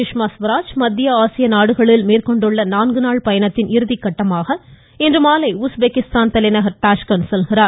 சுஷ்மா சுவராஜ் மத்திய ஆசிய நாடுகளுக்கு மேற்கொண்டுள்ள நான்கு நாள் பயணத்தின் இறுதி கட்டமாக இன்றுமாலை உஸ்பெக்கிஸ்தான் தலைநகர் டாஸ்கண்ட் செல்கிறார்